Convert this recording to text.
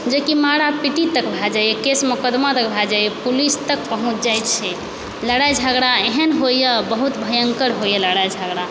जेकि मारा पीटी तक भए जाइया केश मुकदमा तक भए जाइया पुलिस तक पहुँच जाइ छै लड़ाइ झगड़ा एहन होइया बहुत भयङ्कर होइया लड़ाइ झगड़ा